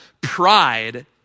pride